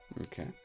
Okay